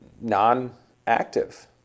non-active